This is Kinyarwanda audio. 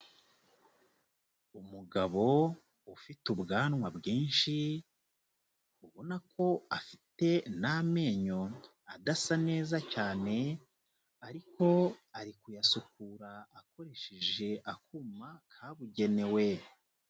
Umugabo ufite ubwanwa bwinshi, ubona ko afite n'amenyo adasa neza cyane, ariko ari kuyasukura akoresheje akuma kabugenewe.